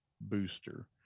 booster